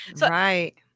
right